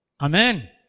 Amen